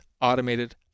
automated